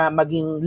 maging